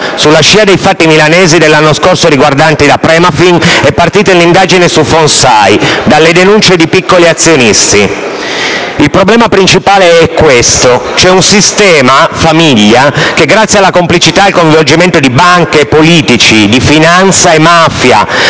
Sulla scia dei fatti milanesi dell'anno scorso riguardanti la Premafin è partita l'indagine su FONSAI dalle denuncie di piccoli azionisti. Il problema principale è questo: c'è un sistema famiglia che, grazie alla complicità e al coinvolgimento di banche e politici, di finanza e mafia,